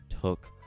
took